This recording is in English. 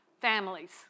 families